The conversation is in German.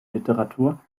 literatur